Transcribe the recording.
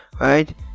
right